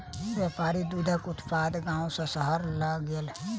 व्यापारी दूधक उत्पाद गाम सॅ शहर लय गेल